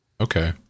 Okay